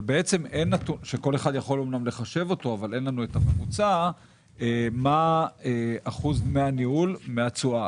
אבל בעצם אין לנו מה אחוז דמי הניהול מהתשואה.